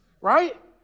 right